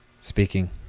speaking